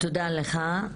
תודה לך.